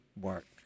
work